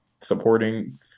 supporting